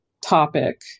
topic